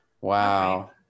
wow